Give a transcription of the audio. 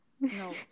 No